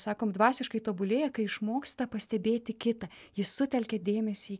sakom dvasiškai tobulėja kai išmoksta pastebėti kitą jis sutelkia dėmesį